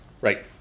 Right